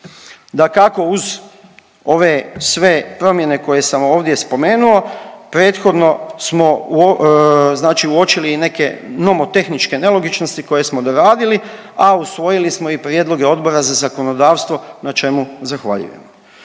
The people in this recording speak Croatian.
Dakako, uz ove sve promjene koje sam ovdje spomenuo, prethodno smo znači uočili i neke nomotehničke nelogičnosti koje smo doradili, a usvojili smo i prijedloge Odbora za zakonodavstvo na čemu zahvaljujemo.